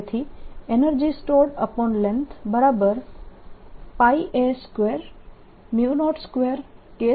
તેથી Energy stored length 02K220 થશે